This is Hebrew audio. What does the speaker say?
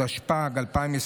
התשפ"ג 2023: